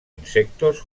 insectos